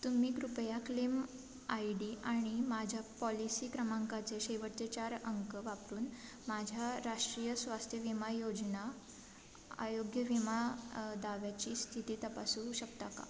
तुम्ही कृपया claim I D आणि माझ्या पॉलिसी क्रमांकाचे शेवटचे चार अंक वापरून माझ्या राष्ट्रीय स्वास्थ्य विमा योजना आरोग्य विमा दाव्याची स्थिती तपासू शकता का